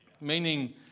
Meaning